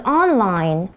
online